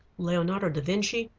leonardo da vinci,